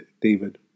David